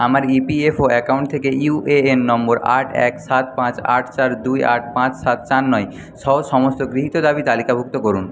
আমার EPFO account থেকে UAN নম্বর আট এক সাত পাঁচ আট চার দুই আট পাঁচ সাত চার নয় সহ সমস্ত গৃহীত দাবি তালিকাভুক্ত করুন